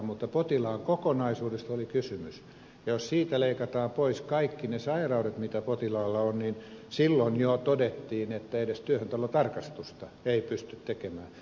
mutta potilaan kokonaisuudesta oli kysymys ja jos siitä leikataan pois kaikki ne sairaudet mitä potilaalla on niin silloin jo todettiin että edes työhöntulotarkastusta ei pysty tekemään